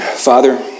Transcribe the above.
Father